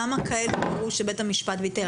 כמה כאלו ראו שבית המשפט ויתר?